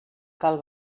cal